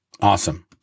Awesome